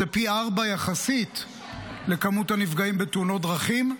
זה פי ארבעה יחסית למספר הנפגעים בתאונות דרכים.